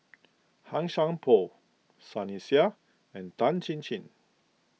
Han Sai Por Sunny Sia and Tan Chin Chin